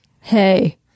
Hey